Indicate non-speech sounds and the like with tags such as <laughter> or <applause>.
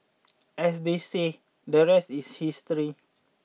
<noise> as they say the rest is history